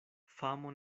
famo